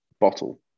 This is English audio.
bottle